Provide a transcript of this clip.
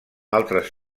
altres